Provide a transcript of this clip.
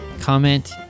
Comment